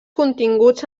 continguts